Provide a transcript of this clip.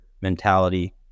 mentality